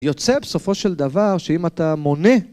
יוצא בסופו של דבר שאם אתה מונה...